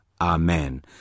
Amen